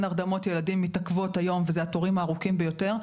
הרדמות ילדים מתעכבות היום ואלה התורים הארוכים ביותר.